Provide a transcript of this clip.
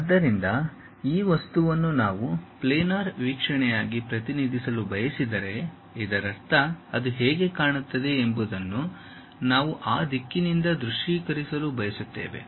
ಆದ್ದರಿಂದ ಈ ವಸ್ತುವನ್ನು ನಾವು ಪ್ಲೆನಾರ್ ವೀಕ್ಷಣೆಯಾಗಿ ಪ್ರತಿನಿಧಿಸಲು ಬಯಸಿದರೆ ಇದರರ್ಥ ಅದು ಹೇಗೆ ಕಾಣುತ್ತದೆ ಎಂಬುದನ್ನು ನಾವು ಆ ದಿಕ್ಕಿನಿಂದ ದೃಶ್ಯೀಕರಿಸಲು ಬಯಸುತ್ತೇವೆ